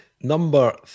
Number